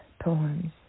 poems